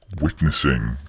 witnessing